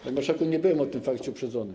Panie marszałku, nie byłem o tym fakcie uprzedzony.